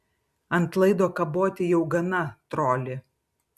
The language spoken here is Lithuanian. ant laido kaboti jau gana troli